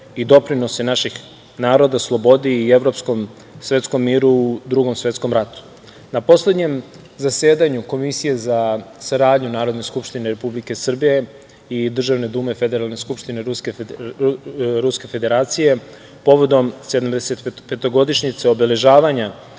i doprinose naših naroda slobodi i evropskom i svetskom miru u Drugom svetskom ratu. Na poslednjem zasedanju Komisije za saradnju Narodne skupštine Republike Srbije i Državne Dume Federalne skupštine Ruske Federacije povodom sedamdesetopetogodišnjice obeležavanja